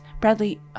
Bradley